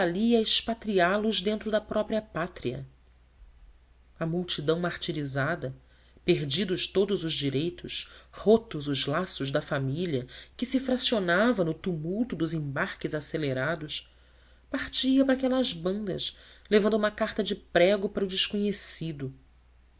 a expatriá los dentro da própria pátria a multidão martirizada perdidos todos os direitos rotos os laços da família que se fracionava no tumulto dos embarques acelerados partia para aquelas bandas levando uma carta de prego para o desconhecido